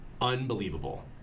unbelievable